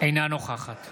אינה נוכחת